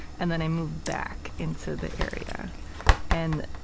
and then i moved back into the area and,